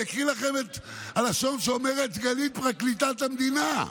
אני אקרא לכם את הלשון שאומרת סגנית פרקליטת המדינה.